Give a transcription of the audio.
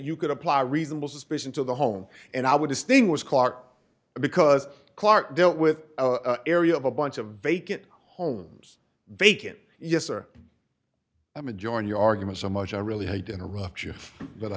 you could apply reasonable suspicion to the home and i would distinguish clark because clark dealt with area of a bunch of vacant homes bacon yes or a majority argument so much i really hate to interrupt you but i